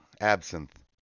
Absinthe